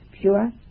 pure